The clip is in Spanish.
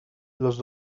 los